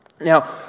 Now